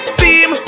team